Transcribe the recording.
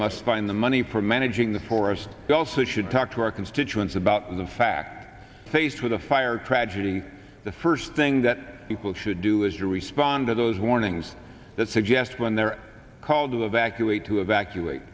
must find the money for managing the forests we also should talk to our constituents about the fact base with a fire tragedy the first thing that people should do is respond to those warnings that suggests when they're called to evacuate to evacuate